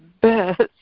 best